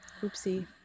Oopsie